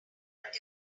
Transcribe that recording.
but